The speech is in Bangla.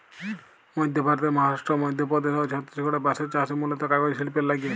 মইধ্য ভারতের মহারাস্ট্র, মইধ্যপদেস অ ছত্তিসগঢ়ে বাঁসের চাস হয় মুলত কাগজ সিল্পের লাগ্যে